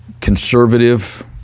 conservative